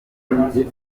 abaturage